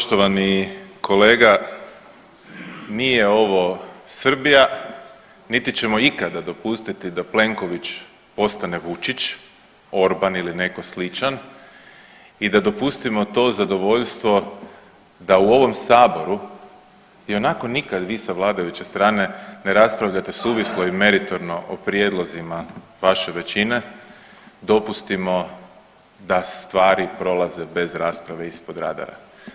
Poštovani kolega, nije ovo Srbija, niti ćemo ikada dopustiti da Plenković postane Vučić, Orban ili neko sličan i da dopustimo to zadovoljstvo da u ovom saboru ionako nikad vi sa vladajuće strane ne raspravljate suvislo i meritorno o prijedlozima vaše većine dopustimo da stvari prolaze bez rasprave ispod radara.